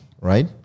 right